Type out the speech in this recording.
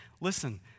Listen